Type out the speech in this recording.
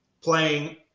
playing